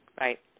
right